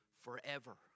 forever